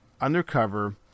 undercover